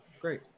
Great